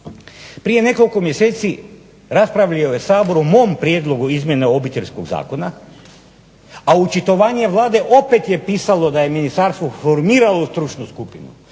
prije nekoliko mjeseci raspravljao je Sabor o mom prijedlogu izmjena Obiteljskog zakona, a očitovanje Vlade opet je pisalo da je ministarstvo formiralo stručnu skupinu